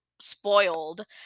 spoiled